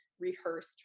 rehearsed